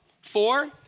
Four